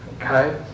Okay